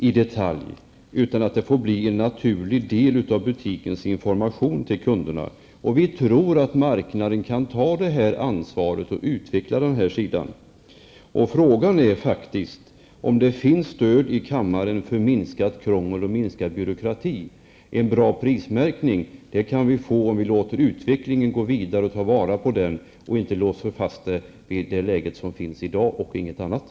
I stället får det här bli en naturlig del av butikens information till kunderna. Vi tror att marknaden kan ta ett ansvar och åstadkomma en utveckling på den här sidan. Frågan är faktiskt om det finns ett stöd här i kammaren för kravet på minskat krångel och minskad byråkrati. En bra prismärkning kan vi få om vi låter utvecklingen gå vidare och om vi tar vara på den nya utvecklingen i stället för att låsa oss enbart vid det som gäller i dag.